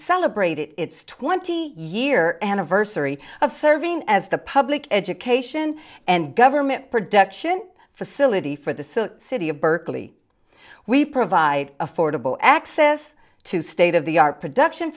celebrated its twenty year anniversary of serving as the public education and government production facility for the city of berkeley we provide affordable access to state of the our production